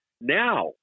Now